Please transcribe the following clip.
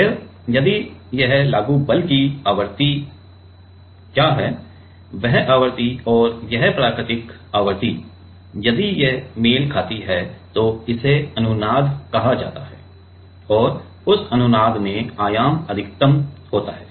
फिर यदि यह लागू बल की आवृत्ति क्या है वह आवृत्ति और यह प्राकृतिक आवृत्ति यदि यह मेल खाती है तो इसे अनुनाद कहा जाता है और उस अनुनाद में आयाम अधिकतम होता है